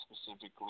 specifically